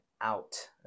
out